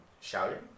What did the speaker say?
shouting